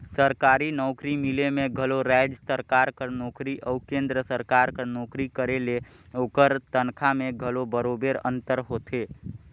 सरकारी नउकरी मिले में घलो राएज सरकार कर नोकरी अउ केन्द्र सरकार कर नोकरी करे ले ओकर तनखा में घलो बरोबेर अंतर होथे